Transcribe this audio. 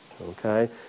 okay